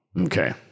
Okay